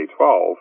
2012